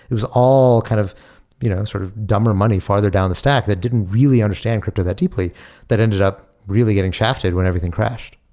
it was all kind of you know sort of dumber money farther down the stack that didn't really understand crypto that deeply that ended up really getting shafted when everything crashed.